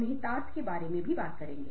निश्चित रूप से आपका जवाब नहीं होगा